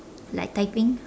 like typing